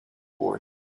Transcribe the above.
ward